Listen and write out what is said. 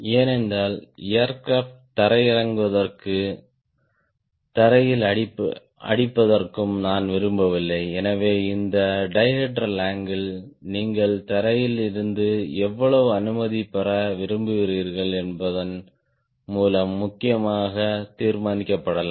ஏனென்றால் ஏர்கிராப்ட் தரையிறங்குவதற்கும் தரையில் அடிப்பதற்கும் நான் விரும்பவில்லை எனவே இந்த டைஹெட்ரல் அங்கிள் நீங்கள் தரையில் இருந்து எவ்வளவு அனுமதி பெற விரும்புகிறீர்கள் என்பதன் மூலம் முக்கியமாக தீர்மானிக்கப்படலாம்